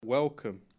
Welcome